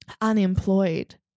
unemployed